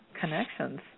connections